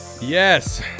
Yes